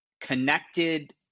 connected